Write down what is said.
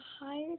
higher